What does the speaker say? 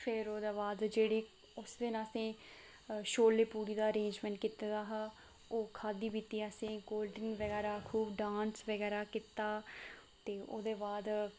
फिर ओह्दे बाद जेह्ड़ी उस दिन असें शोला पूरी दा बड़ा शैल अरेंज कीते दा हा ओह् खाद्धी पीती असें कोल्ड्रिंक बगैरा खूब डांस बगैरा कीता ते ओह्दे बाद